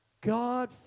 God